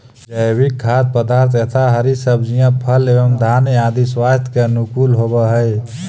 जैविक खाद्य पदार्थ यथा हरी सब्जियां फल एवं धान्य आदि स्वास्थ्य के अनुकूल होव हई